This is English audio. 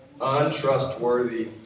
Untrustworthy